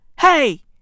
Hey